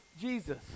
Jesus